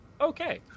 okay